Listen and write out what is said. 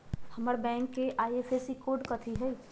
हमर बैंक के IFSC code कथि हई?